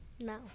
No